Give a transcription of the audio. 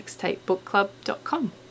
mixtapebookclub.com